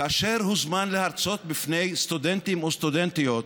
כאשר הוזמן להרצות בפני סטודנטים וסטודנטיות